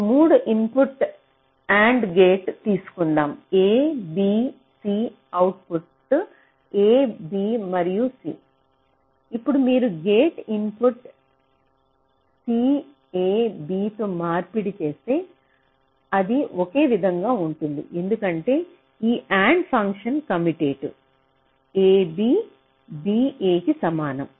మనం 3 input AND gate తీసుకుందాం A B C output A B మరియు C ఇప్పుడు మీరు gate input C A B తో మార్పిడి చేస్తే అది ఒకే విధంగా ఉంటుంది ఎందుకంటే ఈ AND function commutative A B B A కి సమానం